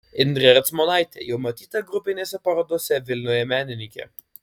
indrė ercmonaitė jau matyta grupinėse parodose vilniuje menininkė